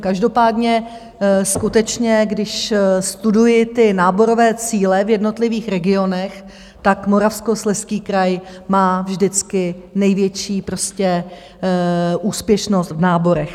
Každopádně skutečně, když studuji náborové cíle v jednotlivých regionech, tak Moravskoslezský kraj má vždycky největší úspěšnost v náborech.